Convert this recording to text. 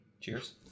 Cheers